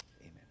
Amen